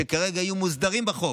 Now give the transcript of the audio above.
שכרגע יהיו מוסדרים בחוק.